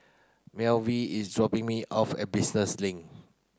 Melville is dropping me off at Business Link